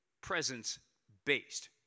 presence-based